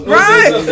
right